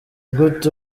gute